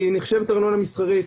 היא נחשבת ארנונה מסחרית.